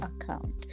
account